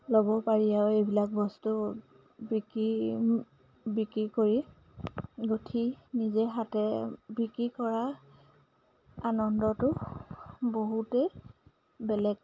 ল'ব পাৰি আৰু এইবিলাক বস্তু বিক্ৰী বিক্ৰী কৰি গোঁঠি নিজে হাতেৰে বিক্ৰী কৰা আনন্দটো বহুতেই বেলেগ